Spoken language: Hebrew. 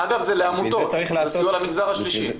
אגב זה לעמותות, זה סיוע למגזר השלישי.